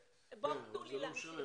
תנו לי.